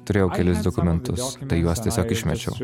turėjau kelis dokumentus tai juos tiesiog išmečiau